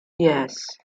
yes